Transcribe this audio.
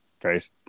guys